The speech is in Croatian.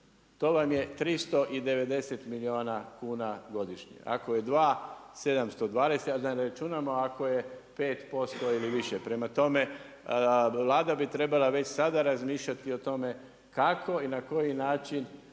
to vam je 390 milijuna kuna godišnje, ako je 2 712 računamo ako je 5% ili više, prema tome Vlada bi trebala već sada razmišljati kako i na koji način